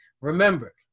remember